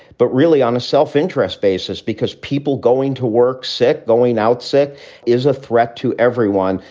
but really on a self-interest basis, because people going to work sick, going out sick is a threat to everyone.